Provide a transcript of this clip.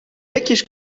blikjes